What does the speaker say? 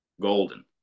Golden